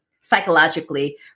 psychologically